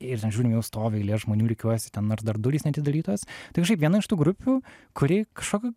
ir ten žiūrim jau žmonių stovi eilė žmonių rikiuojasi ten nors dar durys neatidarytos tai kažkaip viena iš tų grupių kuri kažkokiu